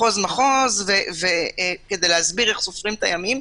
מחוז-מחוז כדי להסביר איך סופרים את הימים,